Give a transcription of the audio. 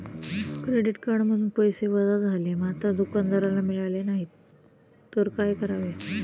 Credit कार्डमधून पैसे वजा झाले मात्र दुकानदाराला मिळाले नाहीत तर काय करावे?